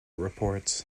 reports